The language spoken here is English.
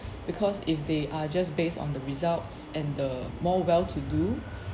because if they are just based on the results and the more well to do